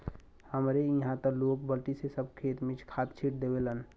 हमरे इहां त लोग बल्टी से सब खेत में खाद छिट देवलन